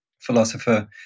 philosopher